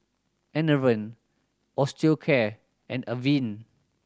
Enervon Osteocare and Avene